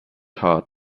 hard